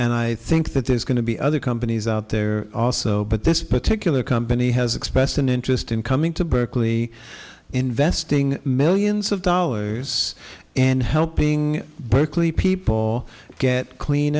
and i think that there's going to be other companies out there also but this particular company has expressed an interest in coming to berkeley investing millions of dollars and helping berkeley people get clean